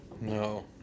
No